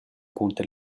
cunter